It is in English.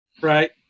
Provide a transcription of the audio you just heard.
Right